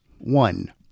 one